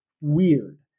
weird